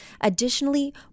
Additionally